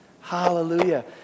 Hallelujah